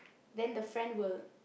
then the friend will